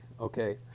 Okay